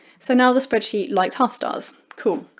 so now the spreadsheet likes half stars, cool,